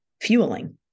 fueling